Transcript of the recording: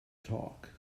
talk